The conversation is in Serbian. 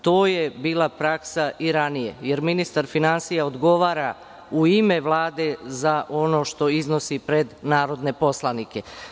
To je bila praksa i ranije, jer ministar finansija odgovara u ime Vlade za ono što iznosi pred narodne poslanike.